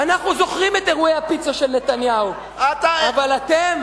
אנחנו זוכרים את אירועי הפיצה של נתניהו, אבל אתם